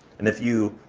and if you,